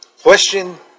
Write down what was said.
question